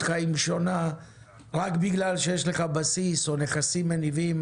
חיים שונה רק בגלל שיש לך בסיס או נכסים מניבים.